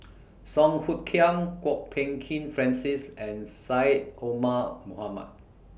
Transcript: Song Hoot Kiam Kwok Peng Kin Francis and Syed Omar Mohamed